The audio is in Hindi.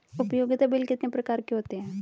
उपयोगिता बिल कितने प्रकार के होते हैं?